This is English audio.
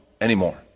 anymore